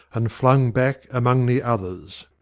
and flung back among the others,